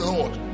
Lord